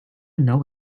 know